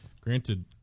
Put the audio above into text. Granted